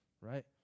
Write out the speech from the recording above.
right